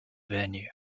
venue